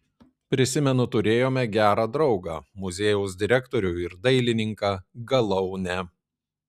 prisimenu turėjome gerą draugą muziejaus direktorių ir dailininką galaunę